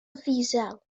ddiesel